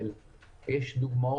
עידוד וקידום צריכה תוצרת חקלאית ישראלית.